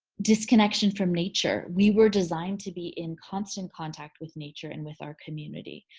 disconnection from nature. we were designed to be in constant contact with nature and with our community.